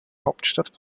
hauptstadt